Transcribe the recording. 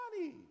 money